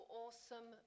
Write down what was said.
awesome